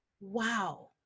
wow